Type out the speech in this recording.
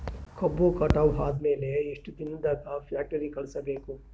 ಕಬ್ಬು ಕಟಾವ ಆದ ಮ್ಯಾಲೆ ಎಷ್ಟು ದಿನದಾಗ ಫ್ಯಾಕ್ಟರಿ ಕಳುಹಿಸಬೇಕು?